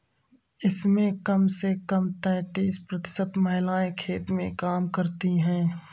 इसमें कम से कम तैंतीस प्रतिशत महिलाएं खेत में काम करती हैं